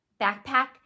backpack